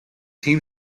team